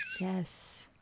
Yes